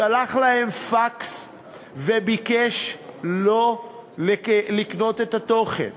שלח להם פקס וביקש שלא לקנות את התוכן.